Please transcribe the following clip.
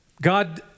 God